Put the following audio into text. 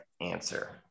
answer